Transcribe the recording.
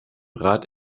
rat